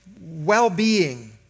Well-being